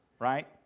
right